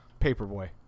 Paperboy